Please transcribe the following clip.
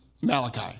Malachi